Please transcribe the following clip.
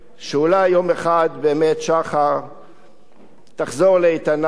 שאולי יום אחד באמת שחר תחזור לאיתנה,